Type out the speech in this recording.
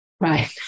Right